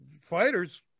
fighters